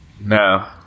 No